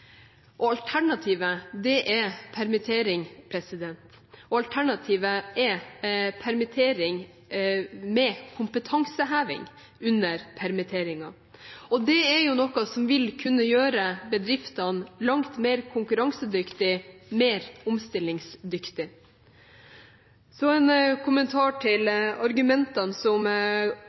alternativer. Alternativet, det er permittering. Alternativet er permittering med kompetanseheving under permitteringen. Det er noe som vil kunne gjøre bedriftene langt mer konkurransedyktige, mer omstillingsdyktige. Så en kommentar til argumentene som